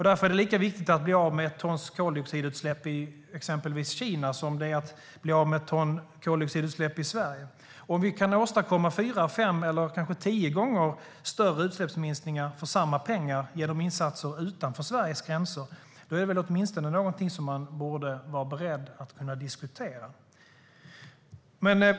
Därför är det lika viktigt att bli av med ett tons koldioxidutsläpp i exempelvis Kina som ett tons koldioxidutsläpp i Sverige. Och om vi kan åstadkomma fyra, fem eller kanske tio gånger större utsläppsminskningar för samma pengar genom insatser utanför Sveriges gränser är det väl åtminstone något som man borde vara beredd att diskutera.